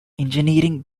engineering